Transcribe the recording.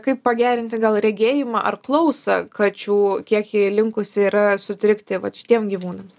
kaip pagerinti gal regėjimą ar klausą kačių kiek ji linkusi yra sutrikti vat šitiem gyvūnams